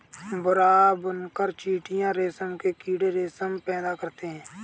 भूरा बुनकर चीटियां रेशम के कीड़े रेशम पैदा करते हैं